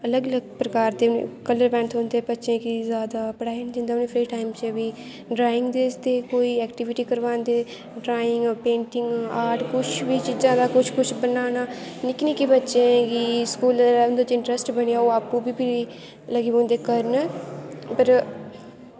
अलग अलग प्रकार दे कल्लर पैन्न थ्होंदे बच्चें गी जैदा पढ़ाई टाईम च बी ड्राइंग दी ऐक्टिविटी करवांदे ड्राइंग पेंटिंग आर्ट कुछ बी चीजां कुछ बी बनाना निक्के निक्के बच्चें गी इस बेल्लै उं'दे च इंटस्ट आपूं बी ते आपूं बी लग्गी पौंदे करन पर